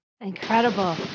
incredible